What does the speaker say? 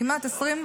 מגיל 3?